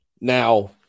now